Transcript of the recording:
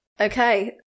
Okay